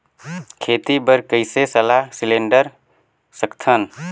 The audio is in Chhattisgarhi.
खेती बर कइसे सलाह सिलेंडर सकथन?